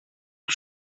του